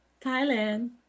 Thailand